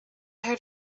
heard